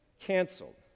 canceled